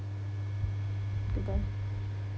goodbye